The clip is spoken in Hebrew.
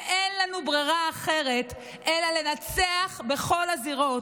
ואין לנו ברירה אחרת אלא לנצח בכל הזירות.